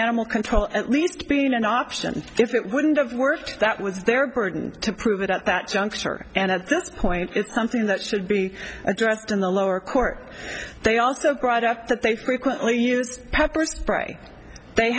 animal control at least being an option if it wouldn't have worked that was their burden to prove it at that juncture and at this point it's something that should be addressed in the lower court they also brought up that they frequently used pepper spray they